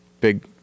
big